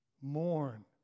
Mourn